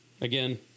again